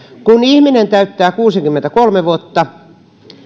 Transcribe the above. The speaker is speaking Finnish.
kun ihminen täyttää kuusikymmentäkolme vuotta